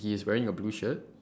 he is wearing a blue shirt